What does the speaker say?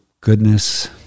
goodness